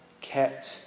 kept